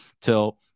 till